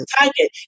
target